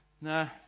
no